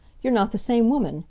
you're not the same woman.